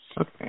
Okay